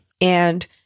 and-